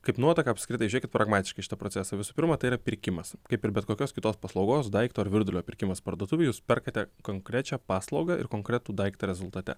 kaip nuotaka apskritai žiūrėkit pragmatiškai į šitą procesą visų pirma tai yra pirkimas kaip ir bet kokios kitos paslaugos daikto ar virdulio pirkimas parduotuvėj jūs perkate konkrečią paslaugą ir konkretų daiktą rezultate